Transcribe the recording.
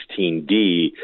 16D